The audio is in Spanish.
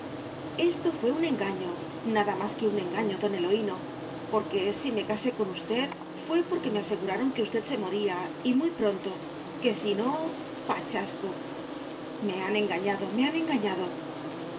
esto fué un engaño nada más que un engaño don eloíno porque si me casé con usted fué porque me aseguraron que usted se moría y muy pronto que si no pa chasco me han engañado me han engañado